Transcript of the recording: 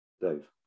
Dave